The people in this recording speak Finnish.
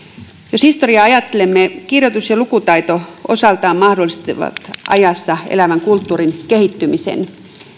jos historiaa ajattelemme kirjoitus ja lukutaito osaltaan mahdollistivat ajassa elävän kulttuurin kehittymisen